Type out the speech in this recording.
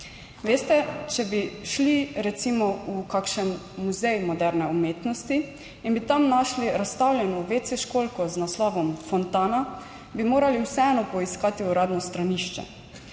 Veste, če bi šli recimo v kakšen muzej moderne umetnosti in bi tam našli razstavljeno WC školjko z naslovom Fontana, bi morali vseeno poiskati uradno stranišče.